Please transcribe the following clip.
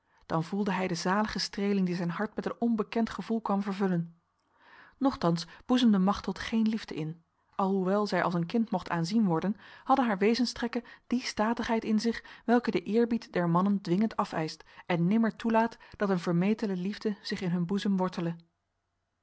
dan voelde hij de zalige streling die zijn hart met een onbekend gevoel kwam vervullen nochtans boezemde machteld geen liefde in alhoewel zij als een kind mocht aanzien worden hadden haar wezenstrekken die statigheid in zich welke de eerbied der mannen dwingend afeist en nimmer toelaat dat een vermetele liefde zich in hun boezem wortele